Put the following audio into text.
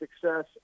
success